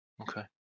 Okay